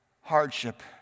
hardship